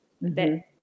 that-